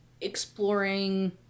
exploring